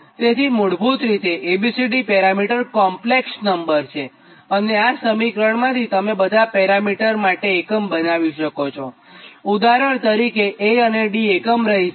તેથી મૂળભૂત રીતે A B C D parameter complex number છે અને આ સમીકરણમાંથી તમે આ બધા પેરામિટર માટે એકમ બનાવી શકો છો ઉદાહરણ તરીકે A અને D એકમરહિત છે